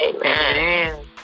Amen